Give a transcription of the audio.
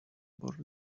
border